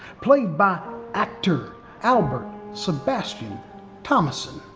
played by actor albert sebastian thomason.